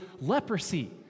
leprosy